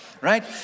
right